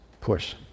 Push